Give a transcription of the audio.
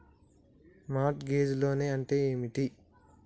Mart gauge loan అంటే ఏమిటి?